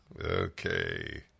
Okay